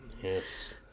yes